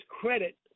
credit